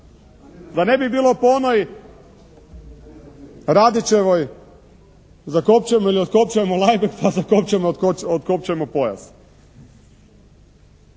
Da ne bi bilo po onoj Radićevoj zakopčajmo ili otkopčajmo lajbek pa zakopčajmo,